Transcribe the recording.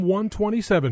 127